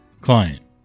Client